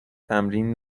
تمرین